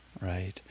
Right